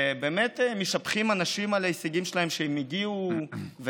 ומשבחים אנשים על ההישגים שהם הגיעו אליהם,